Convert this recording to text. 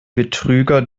betrüger